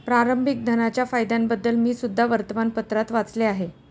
प्रारंभिक धनाच्या फायद्यांबद्दल मी सुद्धा वर्तमानपत्रात वाचले आहे